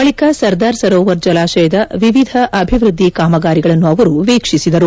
ಬಳಿಕ ಸರ್ದಾರ್ ಸರೋವರ್ ಜಿಲಾಶಯದ ವಿವಿಧ ಅಭಿವೃದ್ದಿ ಕಾಮಗಾರಿಗಳನ್ನು ಅವರು ವೀಕ್ಷಿಸಿದರು